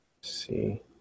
See